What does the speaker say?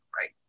right